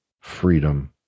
freedom